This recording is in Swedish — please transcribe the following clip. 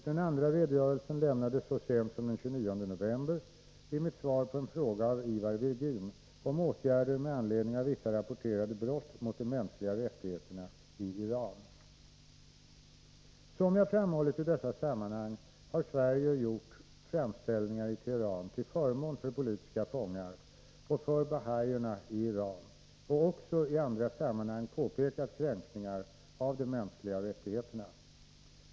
Den andra redogörelsen lämnades så sent som den 29 november, i mitt svar på en fråga av Ivar Virgin om åtgärder med anledning av vissa rapporterade brott mot de mänskliga rättigheterna i Iran. Som jag framhållit i dessa sammanhang har Sverige gjort framställningar i Teheran till förmån för politiska fångar och för bahåierna i Iran och också i andra sammanhang påpekat kränkningar av de mänskliga rättigheterna.